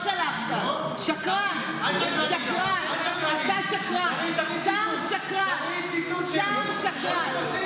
אתה תסביר לחיילים למה שלחת אותם לעזאזל.